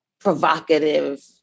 provocative